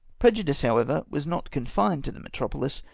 prejudice, however, was not confined to the metropohs,